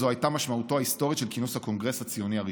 זו הייתה משמעותו ההיסטורית של כינוס הקונגרס הציוני הראשון.